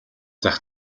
зах